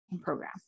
program